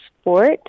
sport